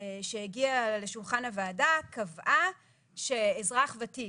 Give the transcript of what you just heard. שהגיעה לשולחן הוועדה קבעה שאזרח ותיק